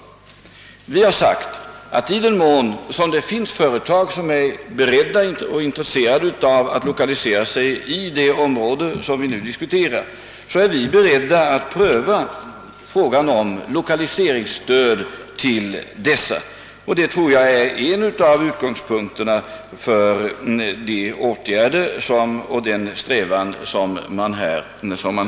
Vi har sagt, att i den mån det finns företag som är intresserade av lokalisering till det område som diskussionen här gäller, så är vi beredda att pröva frågan om lokaliseringsstöd. Detta är en av utgångspunkterna för de åtgärder som bör vidtagas — det är dithän man bör sträva.